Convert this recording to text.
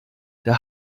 der